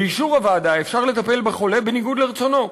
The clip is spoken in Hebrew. באישור הוועדה אפשר לטפל בחולה בניגוד לרצונו.